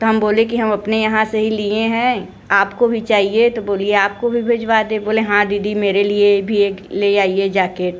तो हम बोले कि हम अपने यहाँ से ही लिए हैं आपको भी चाहिए तो बोलिए आपको भी भेजवा दे बोले हाँ दीदी मेरे लिए भी एक ले आइए जाकेट